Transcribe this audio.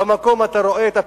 ובמקום אתה רואה את הפירות: